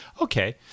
Okay